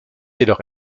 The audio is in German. jedoch